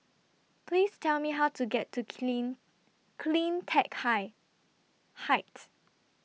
Please Tell Me How to get to Clean CleanTech High Height